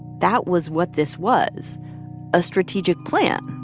that was what this was a strategic plan.